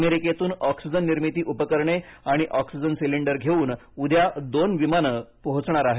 अमेरिकेतून ऑक्सिजन निर्मिती उपकरणे आणि ऑक्सिजन सिलिंडर घेऊन उद्या दोन विमानं पोहोचणार आहेत